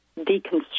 deconstruct